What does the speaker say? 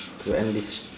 to end this